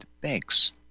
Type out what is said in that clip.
banks